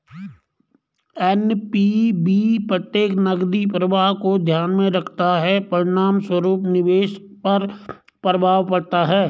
NPV प्रत्येक नकदी प्रवाह को ध्यान में रखता है, परिणामस्वरूप निवेश पर प्रभाव पड़ता है